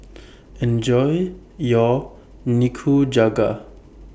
Enjoy your Nikujaga